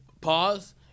pause